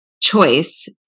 choice